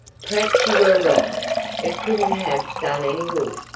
perhaps you were right it couldn't have done any good,